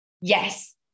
yes